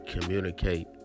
communicate